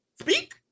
Speak